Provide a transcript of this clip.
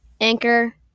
Anchor